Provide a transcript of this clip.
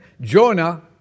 Jonah